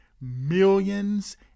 millions